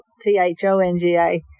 T-H-O-N-G-A